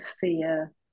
fear